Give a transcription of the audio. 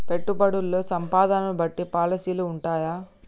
పెట్టుబడుల్లో సంపదను బట్టి పాలసీలు ఉంటయా?